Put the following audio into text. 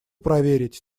проверить